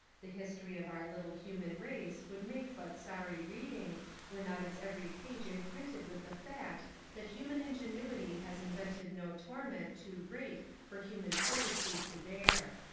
the history of our little human race would make but sorry reading were not its every page imprinted with the fact that human ingenuity has invented no torment too great for human fortitude to bear.